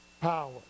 power